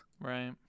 Right